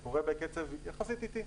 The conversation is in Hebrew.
זה קורה בקצב יחסית איטי.